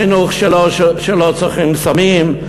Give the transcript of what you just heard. חינוך שלא צורכים סמים,